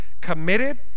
committed